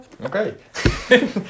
Okay